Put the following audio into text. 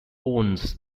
owns